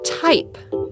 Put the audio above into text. type